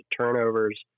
turnovers